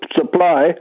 supply